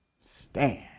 Stand